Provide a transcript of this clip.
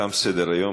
תם סדר-היום.